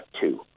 two